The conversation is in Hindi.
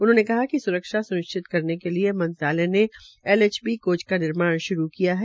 उन्होंने कहा कि सुरक्षा सुनिश्चित करने के लिये मंत्रालय ने एलएचबी कोच का निर्माण श्रू किया है